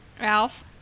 Ralph